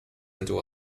into